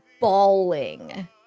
bawling